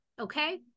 Okay